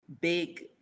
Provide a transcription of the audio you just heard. big